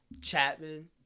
Chapman